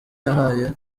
yahaye